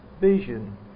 vision